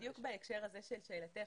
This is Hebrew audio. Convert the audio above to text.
בדיוק בהקשר הזה של שאלתך,